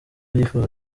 yifuza